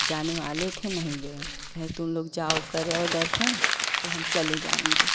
जाने वाले थे नहीं गए कहे तुम लोग जाओ कर आओ दर्शन तो हम चले जाएंगे